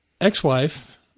ex-wife